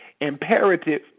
imperative